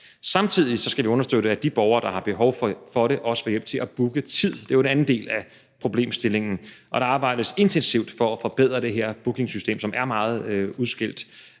Samtidig skal vi understøtte, at de borgere, der har behov for det, også får hjælp til at booke tid – det er jo en anden del af problemstillingen – og der arbejdes intensivt for at forbedre det her bookingsystem, som er meget udskældt,